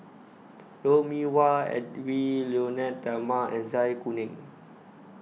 Lou Mee Wah Edwy Lyonet Talma and Zai Kuning